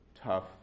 tough